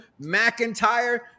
McIntyre